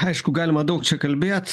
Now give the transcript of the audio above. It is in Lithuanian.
aišku galima daug čia kalbėt